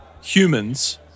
humans